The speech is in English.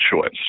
choice